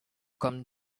come